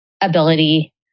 ability